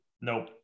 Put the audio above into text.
Nope